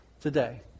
today